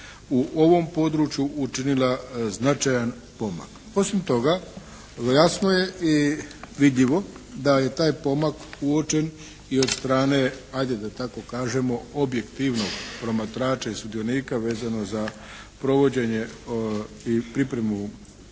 u ovom području napravila značajan pomak. Osim toga jasno je i vidljivo da je taj pomak uočen i od strane, ajde da tako kažemo objektivnog promatrača i sudionika vezano za provođenje i pripremu